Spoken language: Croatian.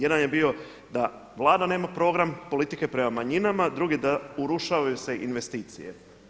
Jedan je bio da Vlada nema program politike prema manjinama, drugi da urušavaju se investicije.